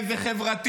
איזה מסר חברתי?